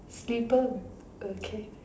slipper okay